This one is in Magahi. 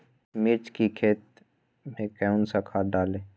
मिर्च की खेती में कौन सा खाद डालें?